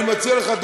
אני מציע לך,